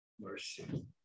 mercy